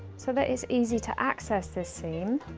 so that it's easy to access this seam,